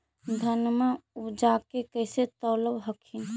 धनमा उपजाके कैसे तौलब हखिन?